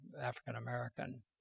African-American